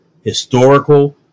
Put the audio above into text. historical